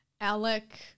Alec